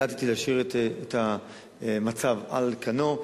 שם החלטתי להשאיר את המצב על כנו.